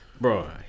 Bro